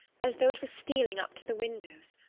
as though it were stealing up to the windows.